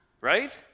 Right